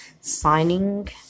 signing